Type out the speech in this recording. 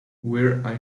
where